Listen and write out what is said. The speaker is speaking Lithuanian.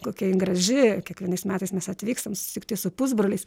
kokia jin graži kiekvienais metais mes atvykstam susitikti su pusbroliais